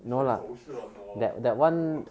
you sure is social or not bro